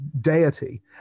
Deity